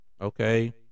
Okay